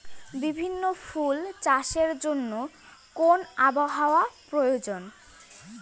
বিভিন্ন ফুল চাষের জন্য কোন আবহাওয়ার প্রয়োজন?